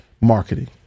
marketing